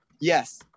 Yes